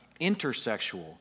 intersexual